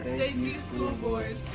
you school board.